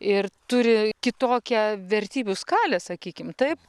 ir turi kitokią vertybių skalę sakykim taip